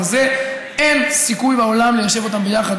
ואין סיכוי בעולם ליישב אותן ביחד,